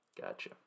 Gotcha